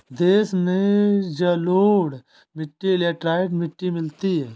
देश में जलोढ़ मिट्टी लेटराइट मिट्टी मिलती है